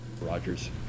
Rogers